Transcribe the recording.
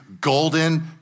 golden